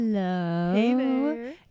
Hello